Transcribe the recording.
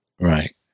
Right